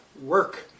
work